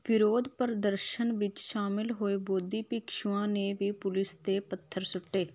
ਵਿਰੋਧ ਪ੍ਰਦਰਸ਼ਨ ਵਿਚ ਸ਼ਾਮਲ ਹੋਏ ਬੋਧੀ ਭਿਕਸ਼ੂਆਂ ਨੇ ਵੀ ਪੁਲਿਸ ਤੇ ਪੱਥਰ ਸੁੱਟੇ